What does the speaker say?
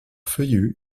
feuillus